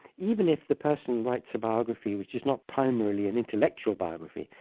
even if the person writes a biography, which is not primarily an intellectual biography,